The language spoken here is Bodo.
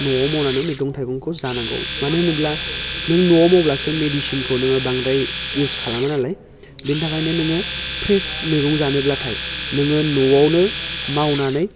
न'आव मावनानै मैगं थाइगंखौ जानांगौ मानो होनोब्ला नों न'आव मावब्लासो मेडिसिनखौ नोङो बांद्राय इउस खालामो नालाय बेनि थाखायनो नोङो फ्रेस मैगं जानोब्लाथाय नोङो न'आवनो मावनानै